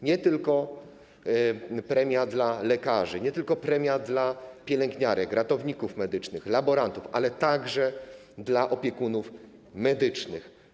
Nie tylko premia dla lekarzy, nie tylko premia dla pielęgniarek, ratowników medycznych, laborantów, ale także dla opiekunów medycznych.